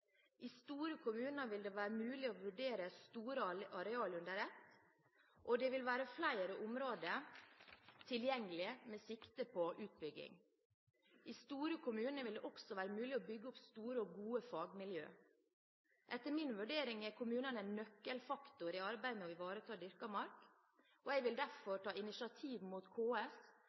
I store kommuner vil det være mulig å vurdere store arealer under ett, og det vil være flere områder tilgjengelig med sikte på utbygging. I store kommuner vil det også være mulig å bygge opp store og gode fagmiljøer. Etter min vurdering er kommunene en nøkkelfaktor i arbeidet med å ivareta dyrket mark. Jeg vil derfor ta et initiativ overfor KS